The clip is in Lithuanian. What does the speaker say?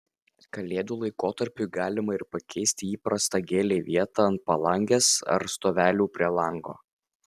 kalėdų laikotarpiui galima ir pakeisti įprastą gėlei vietą ant palangės ar stovelių prie lango